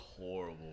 horrible